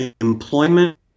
employment